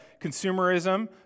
consumerism